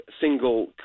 single